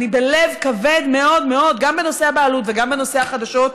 אני בלב כבד מאוד מאוד גם בנושא הבעלות וגם בנושא החדשות.